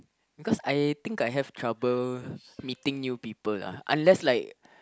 cause I think I have trouble meeting new people lah unless like